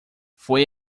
foi